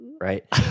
right